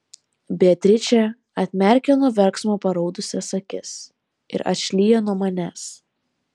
beatričė atmerkia nuo verksmo paraudusias akis ir atšlyja nuo manęs